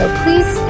please